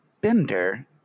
Bender